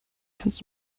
kannst